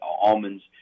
almonds